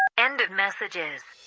and of messages